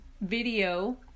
video